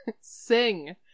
Sing